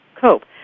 cope